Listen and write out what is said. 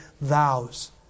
vows